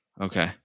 Okay